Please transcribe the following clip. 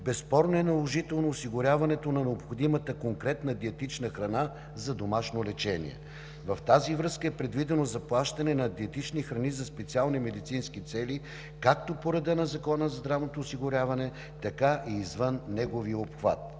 безспорно е наложително осигуряването на необходимата конкретна диетична храна за домашно лечение. В тази връзка е предвидено заплащане на диетични храни за специални медицински цели както по реда на Закона за здравното осигуряване, така и извън неговия обхват.